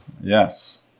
yes